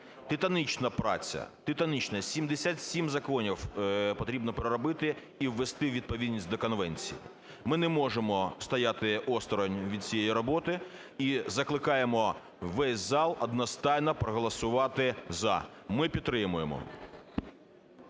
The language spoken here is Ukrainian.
титанічна, 77 законів потрібно переробити і ввести у відповідність до конвенції. Ми не можемо стояти осторонь від цієї роботи і закликаємо весь зал одностайно проголосувати "за". Ми підтримуємо.